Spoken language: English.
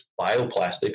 bioplastics